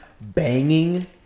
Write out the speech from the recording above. banging